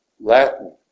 Latin